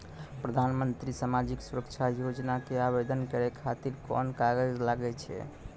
प्रधानमंत्री समाजिक सुरक्षा योजना के आवेदन करै खातिर कोन कागज लागै छै?